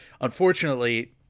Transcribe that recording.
unfortunately